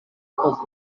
pob